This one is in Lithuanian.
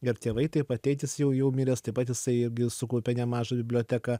ir tėvai taip pat tėtis jau jau miręs taip pat jisai irgi sukaupė nemažą biblioteką